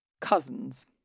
cousins